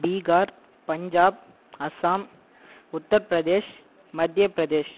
Bihar Punjab Assam Uttar Pradesh Madhya Pradesh